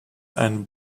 and